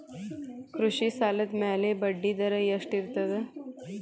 ಕೃಷಿ ಸಾಲದ ಮ್ಯಾಲೆ ಬಡ್ಡಿದರಾ ಎಷ್ಟ ಇರ್ತದ?